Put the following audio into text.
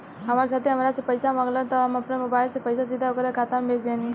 हमार साथी हामरा से पइसा मगलस त हम आपना मोबाइल से पइसा सीधा ओकरा खाता में भेज देहनी